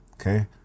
Okay